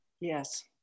Yes